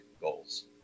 goals